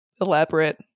elaborate